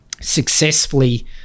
successfully